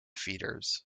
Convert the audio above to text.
feeders